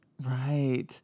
Right